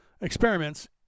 experiments